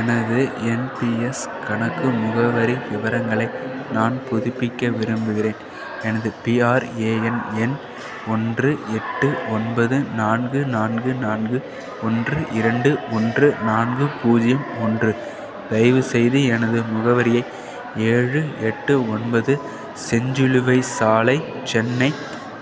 எனது என்பிஎஸ் கணக்கு முகவரி விவரங்களை நான் புதுப்பிக்க விரும்புகிறேன் எனது பிஆர்ஏஎன் எண் ஒன்று எட்டு ஒன்பது நான்கு நான்கு நான்கு ஒன்று இரண்டு ஒன்று நான்கு பூஜ்யம் ஒன்று தயவுசெய்து எனது முகவரியை ஏழு எட்டு ஒன்பது செஞ்சிலுவைச் சாலை சென்னை